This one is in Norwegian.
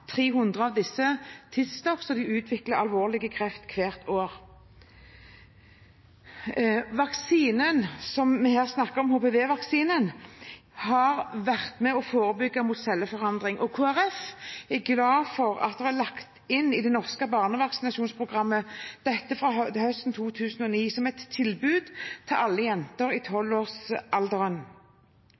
disse tidsnok, og hvert år utvikler 300 av dem alvorlig kreft. Vaksinen som vi her snakker om, HPV-vaksinen, har vært med på å forebygge celleforandring, og Kristelig Folkeparti er glad for at den er lagt inn i det norske barnevaksinasjonsprogrammet fra høsten 2009 som et tilbud til alle jenter i